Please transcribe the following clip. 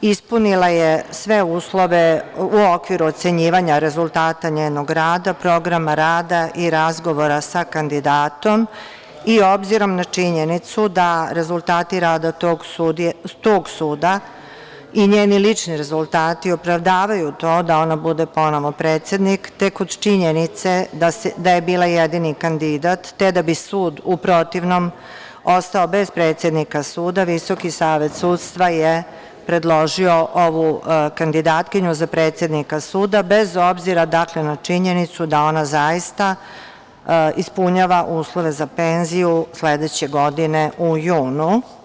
Ispunila je sve uslove u okviru ocenjivanja rezultata njenog rada, programa rada i razgovora sa kandidatom i obzirom na činjenicu da rezultati rada tog suda i njeni lični rezultati opravdavaju to da ona bude ponovo predsednik, tek od činjenice da je bila jedini kandidat, te da bi sud u protivnom ostao bez predsednika suda, VSS je predložio ovu kandidatkinju za predsednika suda, bez obzira, dakle, na činjenicu da ona zaista ispunjava uslove za penziju sledeće godine u junu.